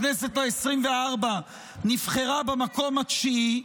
בכנסת העשרים-וארבע נבחרה במקום התשיעי,